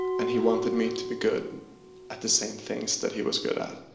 and he wanted me to be good at the same things that he was good at.